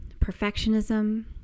Perfectionism